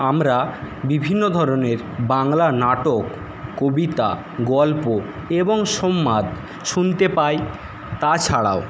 আমরা বিভিন্ন ধরণের বাংলার নাটক কবিতা গল্প এবং সংবাদ শুনতে পাই তাছাড়াও